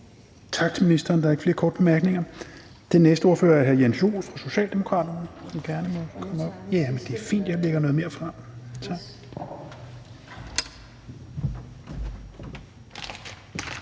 Tak til ministeren. Der er ikke flere korte bemærkninger. Den næste ordfører er hr. Jens Joel fra Socialdemokraterne, som gerne må komme